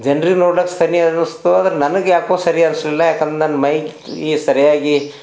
ಜನ್ರಿಗೆ ನೋಡ್ಲಿಕ್ಕೆ ಸರಿ ಅನ್ನಿಸ್ತು ಆದ್ರೆ ನನಗೆ ಯಾಕೋ ಸರಿ ಅನ್ನಿಸ್ಲಿಲ್ಲ ಯಾಕಂದ್ರೆ ನನ್ನ ಮೈಗೆ ಸರಿಯಾಗಿ